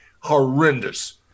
horrendous